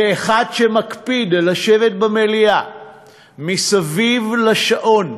כאחד שמקפיד לשבת במליאה מסביב לשעון,